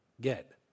get